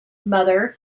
mother